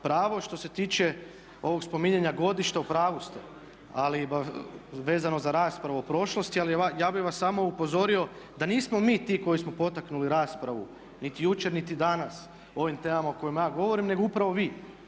pravo. Što se tiče ovog spominjanja godišta u pravu ste. Ali vezano za raspravu o prošlosti, ali ja bih vas samo upozorio da nismo mi ti koji smo potaknuli raspravu niti jučer, niti danas o ovim temama o kojima ja govorim nego upravo vi.